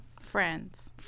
friends